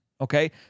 okay